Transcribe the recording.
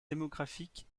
démographique